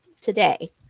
today